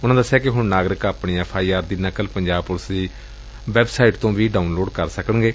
ਉਨਾਂ ਦੱਸਿਆ ਕਿ ਹੁਣ ਨਾਗਰਿਕ ਆਪਣੀ ਐਫਆਈਆਰ ਦੀ ਨਕਲ ਪੰਜਾਬ ਪੁਲਿਸ ਦੀ ਵੈੱਬਸਾਈਟ ਤੋਂ ਵੀ ਡਾਊਨਲੋਡ ਕਰ ਸਕਣਗੇ